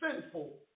sinful